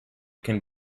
can